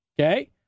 okay